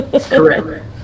Correct